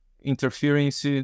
interference